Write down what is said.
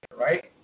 right